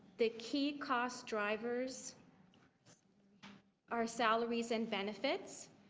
the key cost drivers are salaries and benefits.